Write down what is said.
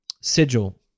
Sigil